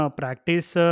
practice